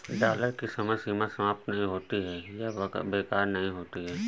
dollar की समय सीमा समाप्त नहीं होती है या बेकार नहीं होती है